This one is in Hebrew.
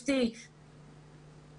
הצעת חוק הבטחת הכנסה (תיקון - תשלום רטרואקטיבי